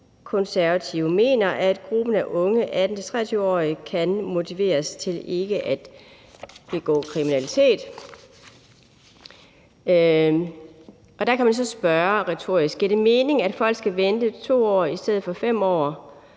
mener, at gruppen af unge 18-23-årige kan motiveres til ikke at begå kriminalitet. Der kan man så spørge retorisk, om det giver mening, at folk skal vente i 5 år i stedet for 2 år